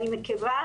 מקווה,